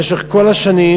במשך כל השנים,